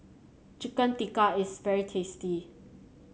Chicken Tikka is very tasty